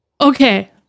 Okay